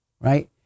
right